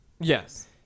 Yes